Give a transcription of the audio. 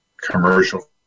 commercial